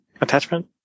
Attachment